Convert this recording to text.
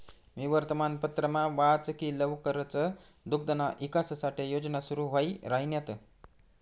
मी वर्तमानपत्रमा वाच की लवकरच दुग्धना ईकास साठे योजना सुरू व्हाई राहिन्यात